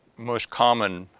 most common